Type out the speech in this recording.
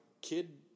kid